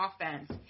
offense